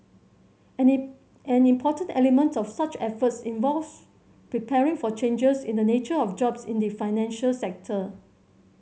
an in an important element of such efforts involves preparing for changes in the nature of jobs in the financial sector